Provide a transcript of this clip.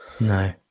No